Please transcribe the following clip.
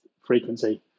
frequency